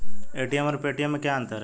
ATM और Paytm में क्या अंतर है?